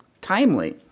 timely